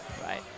Right